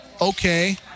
Okay